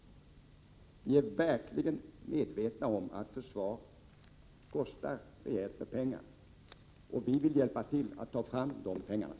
Vi är verkligen medvetna om att försvar kostar rejält med pengar, och vi vill hjälpa till att ta fram de pengarna.